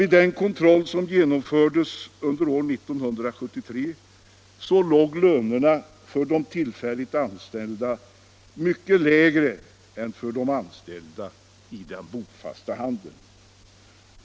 Vid en kontroll som genomfördes under 1973 låg lönerna för de tillfälligt anställda mycket lägre än för de anställda i den bofasta handeln.